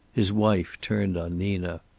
his wife turned on nina.